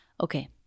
Okay